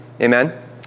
Amen